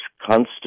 constant